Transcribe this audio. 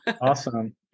Awesome